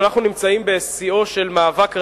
אנחנו נמצאים בשיאו של מאבק רעיוני,